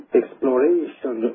exploration